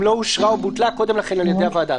לא אושרה או בוטלה קודם לכן על ידי הוועדה.